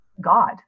god